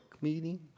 meeting